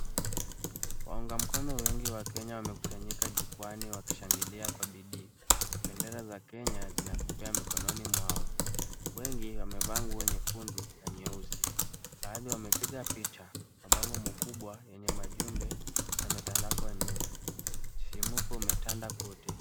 Waunga mkono wengi wa Kenya wamekusanyika jukwaani wakishangilia kwa bidii. Bendera za Kenya zinapepea mikononi mwao. Wengi wamevaa nguo nyekundu na nyeusi. Baadhi wamepiga picha. Mabango makubwa yenye majumbe yametandakwa nyuma. Shimuko umetanda kote.